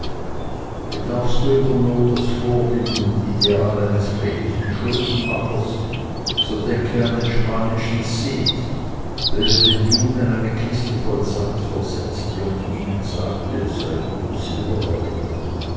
bedarfst du in der not das vorbild und ideal eines redlichen schuldenmachers so denke an den spanischen cid welcher den juden eine kiste voll sand versetzte und ihnen sagte es sei gutes silber darin